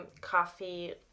coffee